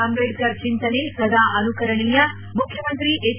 ಅಂಬೇಡ್ಕರ್ ಚಿಂತನೆ ಸದಾ ಅನುಕರಣೆಯ ಮುಖ್ಯಮಂತ್ರಿ ಹೆಚ್